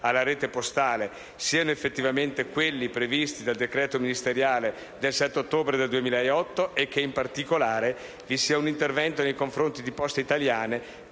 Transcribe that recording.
alla rete postale siano effettivamente quelli previsti dal decreto ministeriale del 7 ottobre del 2008 e che, in particolare, vi sia un intervento nei confronti di Poste italiane